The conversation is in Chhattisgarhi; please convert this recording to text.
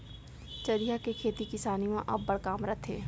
चरिहा के खेती किसानी म अब्बड़ काम रथे